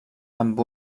amb